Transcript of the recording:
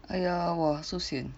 !aiya! !whoa! so sian